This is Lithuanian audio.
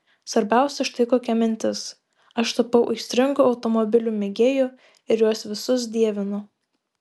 svarbiausia štai kokia mintis aš tapau aistringu automobilių mėgėju ir juos visus dievinu